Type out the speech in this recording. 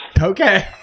Okay